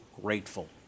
grateful